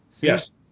Yes